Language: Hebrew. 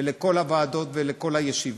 לכל הוועדות ולכל הישיבות.